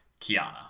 Kiana